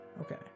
okay